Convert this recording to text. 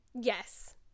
Yes